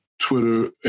Twitter